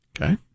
Okay